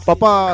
Papa